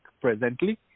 presently